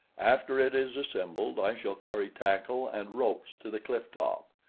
after it is assembled, i shall carry tackle and ropes to the cliff-top,